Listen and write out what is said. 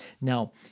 Now